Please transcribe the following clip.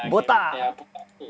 botak